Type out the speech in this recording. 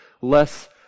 less